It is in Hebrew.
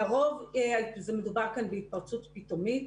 לרוב מדובר כאן בהתפרצות פתאומית,